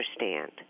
understand